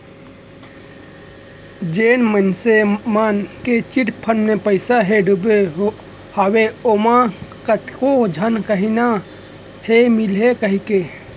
जेन मनसे मन के चिटफंड म पइसा ह डुबे हवय ओमा के कतको झन कहिना हे मिलही कहिके